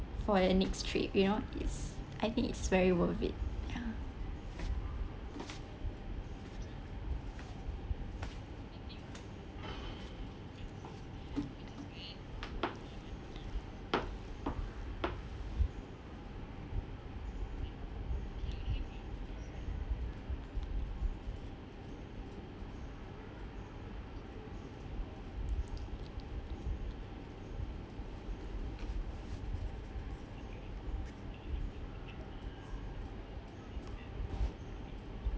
for the next trip you know it's I think it's very worth it ya